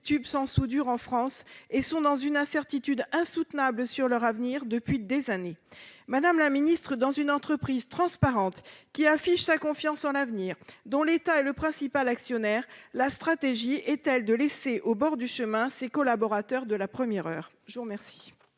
tubes sans soudure en France et qui sont dans une incertitude insoutenable sur leur avenir depuis des années. Dans une entreprise transparente, qui affiche sa confiance en l'avenir et dont l'État est le principal actionnaire, la stratégie est-elle de laisser au bord du chemin ses collaborateurs de la première heure ?